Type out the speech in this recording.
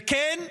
וכן,